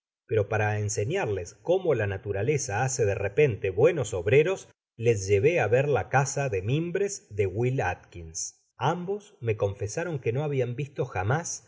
pero para enseñarles como la naturaleza hace de repente buenos obreros les llevé á ver la casa de mimbres de will atkins ambos me confesaron que no habian visto jamás